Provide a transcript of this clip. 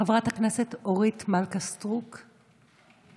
חברת הכנסת אורית מלכה סטרוק, מוותרת.